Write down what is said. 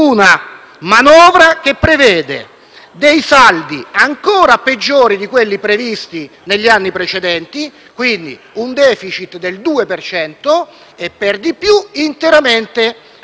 saldi ancora peggiori di quelli previsti negli anni precedenti, quindi un *deficit* del 2 per cento e per di più interamente in spesa corrente.